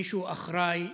מישהו אחראי